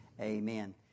Amen